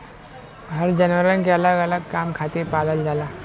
हर जानवर के अलग अलग काम खातिर पालल जाला